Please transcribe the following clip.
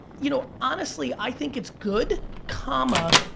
you know honestly, i think it's good comma,